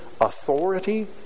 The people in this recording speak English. authority